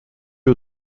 aux